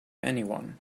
anyone